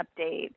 update